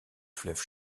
fleuve